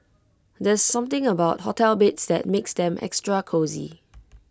there's something about hotel beds that makes them extra cosy